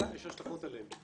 להחלטה יש השלכות עליהם,